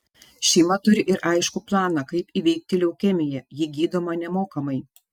šeima turi ir aiškų planą kaip įveikti leukemiją ji gydoma nemokamai